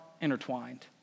intertwined